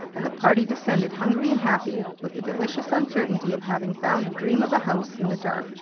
and the party descended hungry and happy with the delicious uncertainty of having found a dream of a house in the dark,